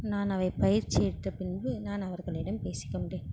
நான் அவை பயிற்சி எடுத்த பின்பு நான் அவர்களிடம் பேசிக்கொண்டேன்